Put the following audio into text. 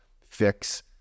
fix